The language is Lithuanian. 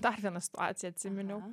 dar vieną situaciją atsiminiau